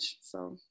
so-